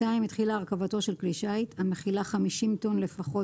התחילה הרכבתו של כלי שיט המכילה 50 טון לפחות